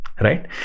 right